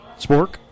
Spork